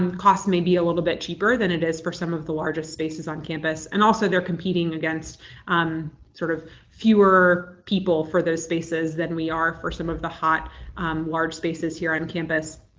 um costs may be a little bit cheaper than it is for some of the largest spaces on campus and also they're competing against sort of fewer people for those spaces than we are for some of the hot large spaces here on campus.